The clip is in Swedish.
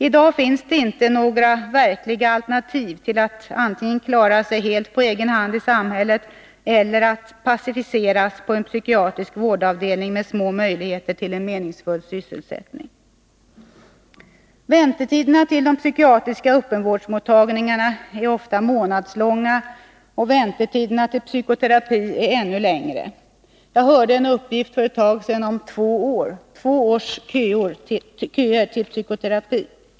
I dag finns det inte några verkliga alternativ till att antingen klara sig helt på egen hand i samhället eller passiviseras på en psykiatrisk vårdavdelning med små möjligheter till en meningsfull sysselsättning. Väntetiderna till psykiatriska öppenvårdsmottagningar är ofta månadslånga, och väntetiderna till psykoterapi är ännu längre. Jag hörde för en tid sedan talas om två års köer till psykoterapi.